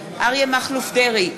אריה מכלוף דרעי,